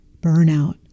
burnout